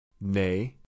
Nay